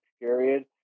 period